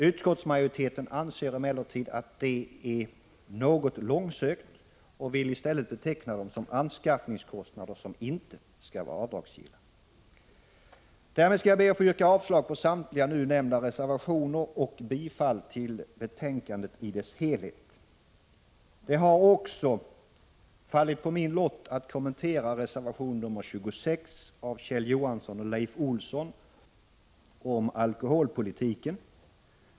Utskottsmajoriteten anser emellertid detta vara något långsökt och vill i stället beteckna dem som anskaffningskostnader, som inte skall vara avdragsgilla. Därmed skall jag be att få yrka avslag på samtliga nu nämnda reservationer och bifall till utskottets hemställan i dess helhet. Det har också fallit på min lott att kommentera reservation 26 av Kjell Johansson och Leif Olsson om alkoholpolitiken.